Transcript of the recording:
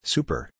Super